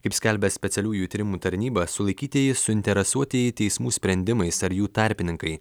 kaip skelbia specialiųjų tyrimų tarnyba sulaikytieji suinteresuotieji teismų sprendimais ar jų tarpininkai